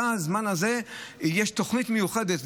בזמן הזה יש תוכנית מיוחדת,